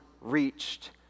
reached